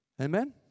Amen